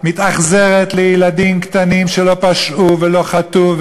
מתאכזרת לילדים קטנים שלא פשעו ולא חטאו,